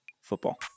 Football